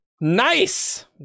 Nice